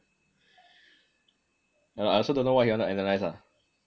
yah lah I also don't know what he want to analyze lah